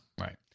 Right